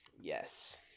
Yes